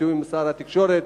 בתיאום עם שר התקשורת,